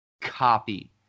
copy